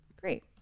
Great